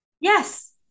Yes